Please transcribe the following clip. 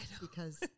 because-